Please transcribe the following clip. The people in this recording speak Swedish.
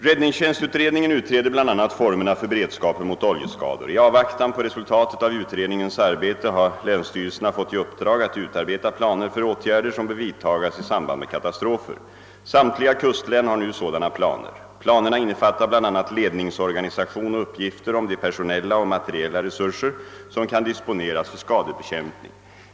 Räddningstjänstutredningen utreder bl.a. formerna för beredskapen mot oljeskador. I avvaktan på resultatet av utredningens arbete har länsstyrelserna fått i uppdrag att utarbeta planer för åtgärder som bör vidtagas i samband med katastrofer. Samtliga kustlän har nu sådana planer. Planerna innefattar bl.a. ledningsorganisation och uppgifter om de personella och materiella resurser som kan disponeras för skadebekämpning.